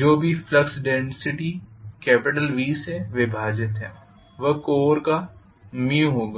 जो भी flux density B से विभाजित है वह कोर का होगा